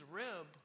rib